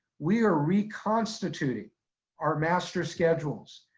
we are reconstituting our master schedules.